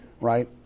right